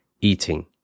eating